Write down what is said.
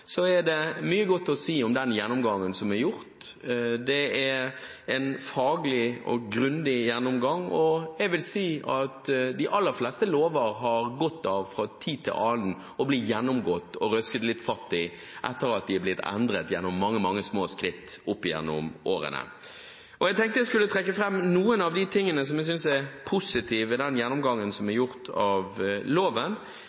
er det mye godt å si om gjennomgangen som er gjort. Det er en faglig og grundig gjennomgang, og jeg vil si at de aller fleste lover fra tid til annen har godt av å bli gjennomgått og røsket litt opp i etter at de er blitt endret mange, mange små skritt opp gjennom årene. Jeg tenkte jeg skulle trekke fram noen av de tingene jeg synes er positive i den gjennomgangen som